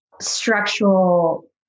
structural